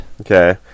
Okay